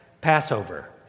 Passover